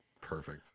Perfect